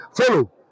follow